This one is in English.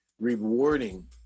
rewarding